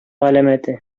галәмәте